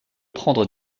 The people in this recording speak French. prendre